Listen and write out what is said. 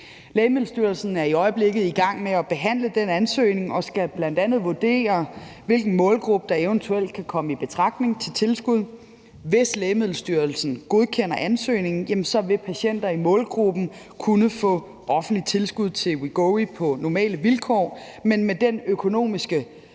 Lægemiddelstyrelsen er i øjeblikket i gang med at behandle den ansøgning og skal bl.a. vurdere, hvilken målgruppe der eventuelt kan komme i betragtning til tilskud. Hvis Lægemiddelstyrelsen godkender ansøgningen, vil patienter i målgruppen kunne få offentligt tilskud til Wegovy på normale vilkår, men med den økonomiske